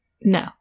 No